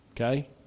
Okay